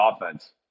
offense